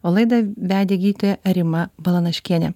o laidą vedė gydytoja rima balanaškienė